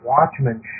Watchmen